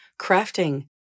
crafting